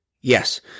Yes